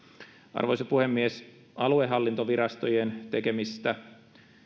arvoisa puhemies aluehallintovirastojen tekemistä